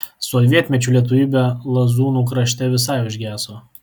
sovietmečiu lietuvybė lazūnų krašte visai užgeso